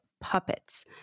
Puppets